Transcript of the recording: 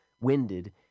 winded